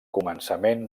començament